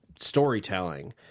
storytelling